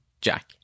Jack